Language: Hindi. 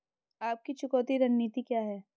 आपकी चुकौती रणनीति क्या है?